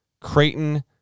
Creighton